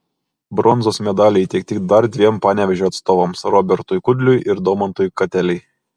bronzos medaliai įteikti dar dviem panevėžio atstovams robertui kudliui ir domantui katelei